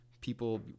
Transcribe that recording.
people